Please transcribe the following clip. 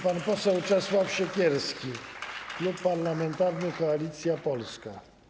Pan poseł Czesław Siekierski, Klub Parlamentarny Koalicja Polska.